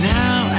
now